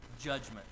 judgment